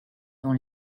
dans